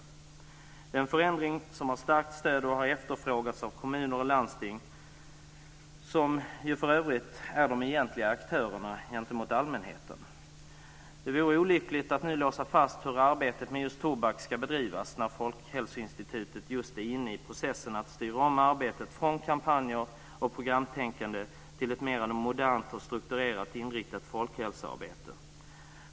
Detta är en förändring som har starkt stöd och har efterfrågats av kommuner och landsting - som för övrigt är de egentliga aktörerna gentemot allmänheten. Det vore olyckligt att nu låsa fast hur arbetet med just tobak ska bedrivas när Folkhälsoinstitutet är inne i processen att styra om arbetet från kampanjer och programtänkande till ett mer modernt och strukturellt inriktat folkhälsoarbete.